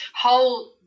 whole –